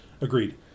Agreed